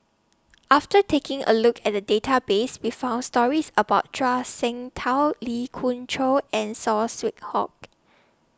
after taking A Look At The Database We found stories about Zhuang Shengtao Lee Khoon Choy and Saw Swee Hock